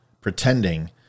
pretending